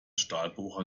stahlbohrer